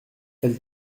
elle